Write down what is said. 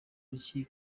rukino